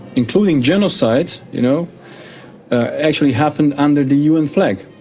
including genocide, you know actually happened under the un flag.